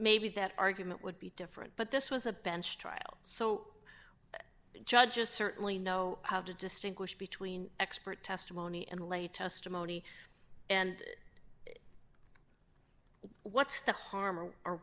maybe that argument would be different but this was a bench trial so judges certainly know how to distinguish between expert testimony and lay testimony and what's the harm or